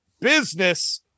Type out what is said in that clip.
business